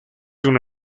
una